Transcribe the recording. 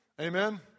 Amen